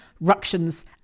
ructions